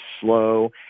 slow